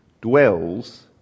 dwells